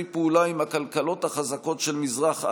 פעולה עם הכלכלות החזקות של מזרח אסיה.